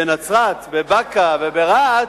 בנצרת, בבאקה וברהט,